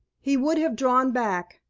he would have drawn back,